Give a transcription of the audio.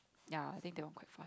ya I think that one quite fun